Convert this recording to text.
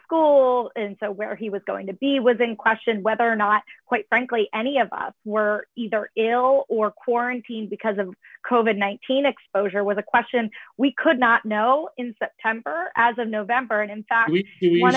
school and so where he was going to be was in question whether or not quite frankly any of us were either ill or quarantined because of a coma nineteen exposure was a question we could not know in september as of november and in fact